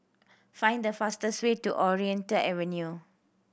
find the fastest way to Ontario Avenue